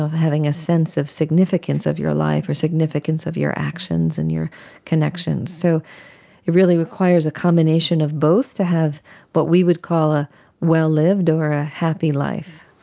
having a sense of significance of your life or significance of your actions and your connections. so it really requires a combination of both, to have what we would call a well lived or a happy life.